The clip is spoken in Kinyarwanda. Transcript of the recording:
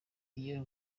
iyo